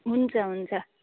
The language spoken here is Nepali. हुन्छ हुन्छ